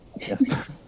yes